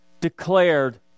declared